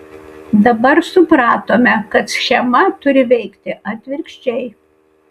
dabar supratome kad schema turi veikti atvirkščiai